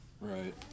Right